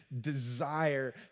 desire